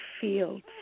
fields